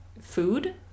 food